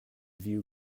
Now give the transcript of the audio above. view